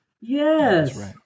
Yes